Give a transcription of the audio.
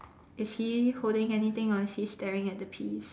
is he holding anything or is he staring at the piece